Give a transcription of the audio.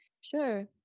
Sure